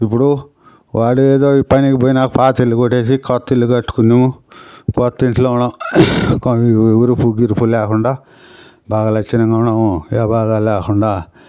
ఇప్పుడు వాడు ఏదో పనికి పోయినా పాత ఇల్లు కొట్టేసి కొత్త ఇల్లు కట్టుకున్నాం కొత్త ఇంటిలోనో ఏ ఒరుపు గిరుపు లేకుండా బాగా లక్షణంగా ఉన్నాము ఏ బాధ లేకుండా